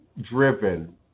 driven